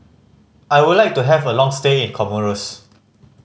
I would like to have a long stay in Comoros